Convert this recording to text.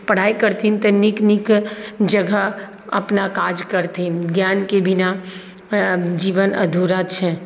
पढ़ाइ करथिन तऽ नीक नीक जगह अपना काज करथिन ज्ञानके बिना जीवन अधूरा छै